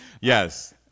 Yes